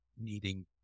needing